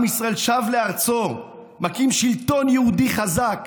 עם ישראל שב לארצו, מקים שלטון יהודי חזק,